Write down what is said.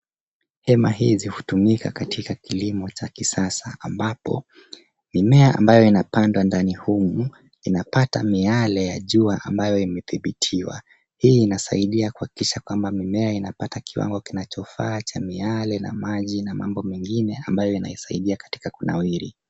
Hema hizi hutumika katika kilimo cha kisasa ambapo mimea ambayo inapandwa ndani humu, inapata miale ya jua ambayo imedhibitiwa. Hii inasaidia kuhakikisha kwamba mimea inapata kiwango kinachofaa cha miale na maji na mambo mengine ambayo inaisaidia katika kunawiri.